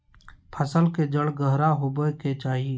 फसल के जड़ गहरा होबय के चाही